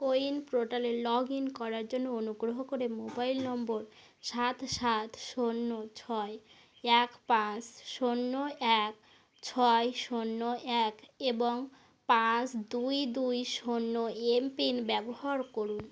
CoWIN পোর্টালে log in করার জন্য অনুগ্রহ করে মোবাইল নম্বর সাত সাত শূন্য ছয় এক পাঁচ শূন্য এক ছয় শূন্য এক এবং পাঁচ দুই দুই শূন্য এম পিন ব্যবহার করুন